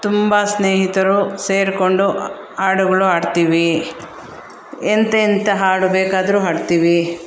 ತುಂಬ ಸ್ನೇಹಿತರು ಸೇರಿಕೊಂಡು ಹಾಡುಗಳು ಹಾಡ್ತೀವಿ ಎಂತೆಂಥ ಹಾಡು ಬೇಕಾದರೂ ಹಾಡ್ತೀವಿ